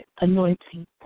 anointing